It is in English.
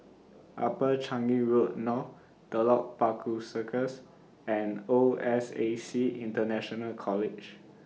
Upper Changi Road North Telok Paku Circus and O S A C International College